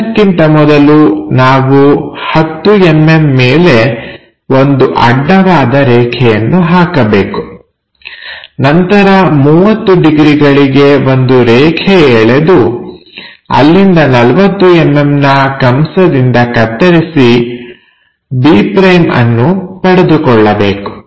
ಎಲ್ಲಕ್ಕಿಂತ ಮೊದಲು ನಾವು 10mm ಮೇಲೆ ಒಂದು ಅಡ್ಡ ವಾದ ರೇಖೆಯನ್ನು ಹಾಕಬೇಕು ನಂತರ 30 ಡಿಗ್ರಿಗಳಿಗೆ ಒಂದು ರೇಖೆ ಎಳೆದು ಅಲ್ಲಿಂದ 40mmನ ಕಂಸದಿಂದ ಕತ್ತರಿಸಿ b' ಅನ್ನು ಪಡೆದುಕೊಳ್ಳಬೇಕು